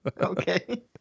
okay